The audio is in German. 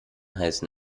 heißen